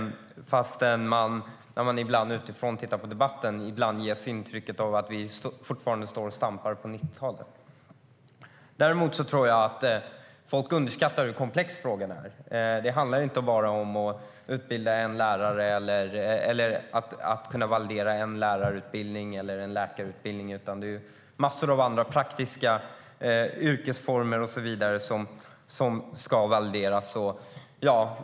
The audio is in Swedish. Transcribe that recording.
Men när man följer debatten utifrån ges man ibland intrycket att vi fortfarande står och stampar på 90-talet. Däremot tror jag att folk underskattar hur komplex frågan är. Det handlar inte bara om att utbilda en lärare eller om att kunna validera en lärarutbildning eller en läkarutbildning. Det är massor av andra praktiska yrkesformer och så vidare som ska valideras.